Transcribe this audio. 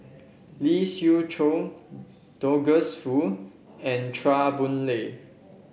Lee Siew Choh Douglas Foo and Chua Boon Lay